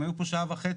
הם היו פה שעה וחצי,